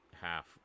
half